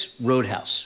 Roadhouse